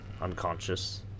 unconscious